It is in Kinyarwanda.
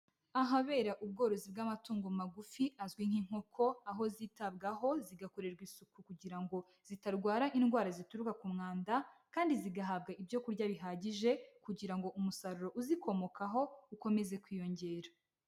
Ahabera ubworozi bw'amatungo magufi azwi nk'inkoko, aho zitabwaho zigakorerwa isuku kugira ngo zitarwara indwara zituruka ku mwanda kandi zigahabwa ibyo kurya bihagije kugira ngo umusaruro uzikomokaho ukomeze kwiyongera.